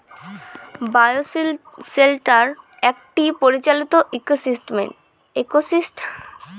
বায় shelter একটি পরিচালিত indoor ecosystem যেখানে ঘরে চাষ হয়